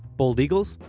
bald eagles?